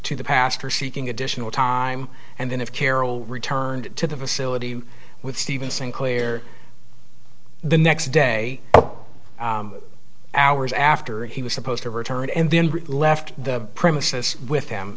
to the pastor seeking additional time and then if carol returned to the facility with stephen sinclair the next day hours after he was supposed to return and then left the premises with him